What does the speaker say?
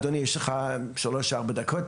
אדוני, יש לך 3-4 דקות.